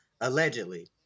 allegedly